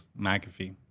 mcafee